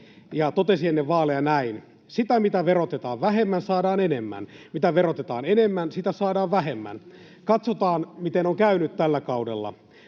ja totesi ennen vaaleja näin: Sitä, mitä verotetaan vähemmän, saadaan enemmän. Sitä, mitä verotetaan enemmän, saadaan vähemmän. Katsotaan, miten on käynyt tällä kaudella: